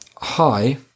Hi